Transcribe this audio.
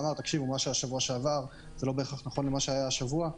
ואמרנו: מה שהיה שבוע שעבר זה לא בהכרח נכון לשבוע הזה,